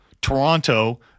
Toronto